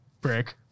brick